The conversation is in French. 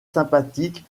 sympathique